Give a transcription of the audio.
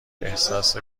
احساسی